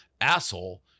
asshole